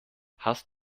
hast